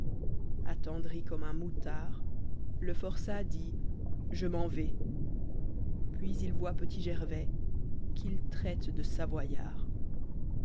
attendri comme un moutard le forçat dit je m'en vais i puis il voit petit gênais qu'il traite de savoyard